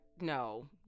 no